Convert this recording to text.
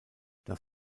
das